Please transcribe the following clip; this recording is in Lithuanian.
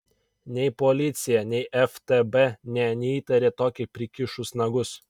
nei policija nei ftb nė neįtarė tokį prikišus nagus